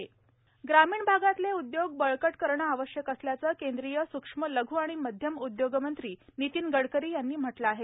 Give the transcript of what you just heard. नितीन गडकरी ग्रामीण भागातले उद्योग बळकट करणं आवश्यक असल्याचं केंद्रीय सूक्ष्म लघू आणि मध्यम उद्योगमंत्री नितीन गडकरी यांनी म्हटलं आहे